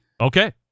Okay